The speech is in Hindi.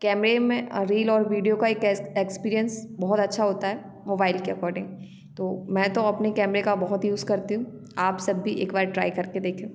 कैमरे में रील और विडियो का एक एक्सपीरियंस बहुत अच्छा होता है मोबाईल के अक्कोर्डिंग तो मैं तो अपने कैमरे का बहुत यूज़ करती हूँ आप सब भी एक बार ट्राई करके देखें